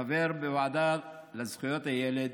כחברים בוועדה לזכויות הילד